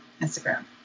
instagram